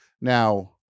Now